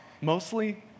mostly